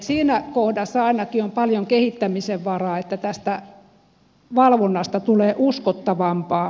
siinä kohdassa ainakin on paljon kehittämisen varaa että tästä valvonnasta tulee uskottavampaa